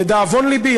לדאבון לבי,